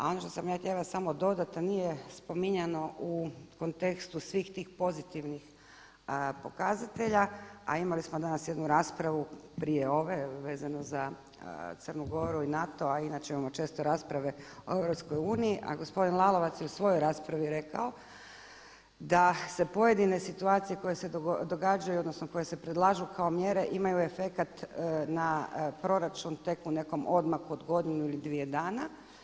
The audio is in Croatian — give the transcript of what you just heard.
A ono što sam ja htjela samo dodati a nije spominjano u kontekstu svih tih pozitivnih pokazatelja, a imali smo danas jednu raspravu prije ove vezano za Crnu Goru, NATO a i inače imao često rasprave o EU, a gospodin Lalovac je u svojoj raspravi rekao da se pojedine situacije koje se događaju, odnosno koje se predlažu kao mjere imaju efekt na proračun tek u nekom odmaku od godinu ili dvije dana.